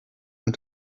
and